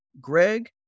Greg